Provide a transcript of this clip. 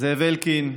זאב אלקין,